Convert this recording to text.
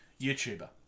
YouTuber